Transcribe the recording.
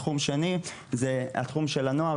תחום שני הוא התחום של הנוער,